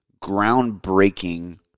groundbreaking